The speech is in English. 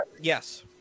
Yes